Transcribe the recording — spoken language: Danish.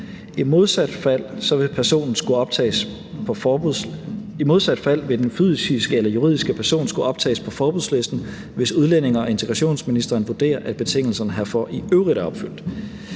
I modsat fald vil den fysiske eller juridiske person skulle optages på forbudslisten, hvis udlændinge- og integrationsministeren vurderer, at betingelserne herfor i øvrigt